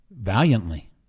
valiantly